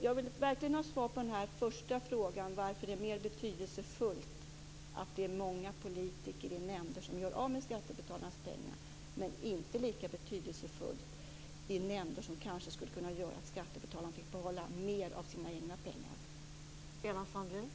Jag vill verkligen ha svar på den första frågan, varför det är betydelsefullt med många politiker i nämnder som gör av med skattebetalarnas pengar men inte lika betydelsefullt i nämnder vars beslut kanske kan leda till att skattebetalaren får behålla mer av sina egna pengar.